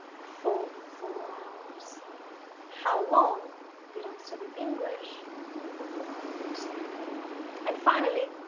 for four hours how long did i study english for four hours and finally,